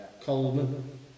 Coleman